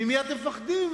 ממי אתם מפחדים?